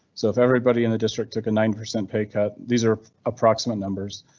so if everybody in the district took a nine percent pay cut, these are approximate numbers.